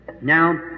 Now